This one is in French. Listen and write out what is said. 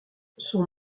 son